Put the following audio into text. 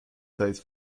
seines